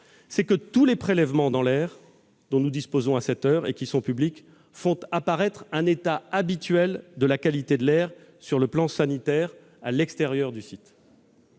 c'est que tous les prélèvements d'air dont nous disposons à cette heure, dont les analyses ont été rendues publiques, font apparaître un état habituel de la qualité de l'air sur le plan sanitaire à l'extérieur du site.